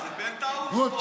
זה פנטהאוז או דירה על עמודים?